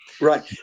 Right